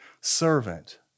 servant